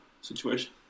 situation